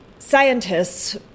Scientists